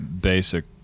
basic